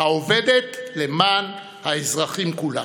העובדת למען האזרחים כולם.